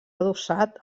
adossat